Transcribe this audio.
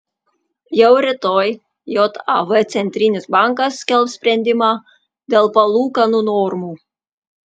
jau rytoj jav centrinis bankas skelbs sprendimą dėl palūkanų normų